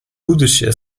будущее